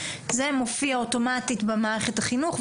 זה מופיע אוטומטית במערכת החינוך,